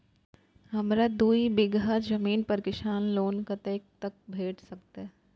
हमरा दूय बीगहा जमीन पर किसान लोन कतेक तक भेट सकतै?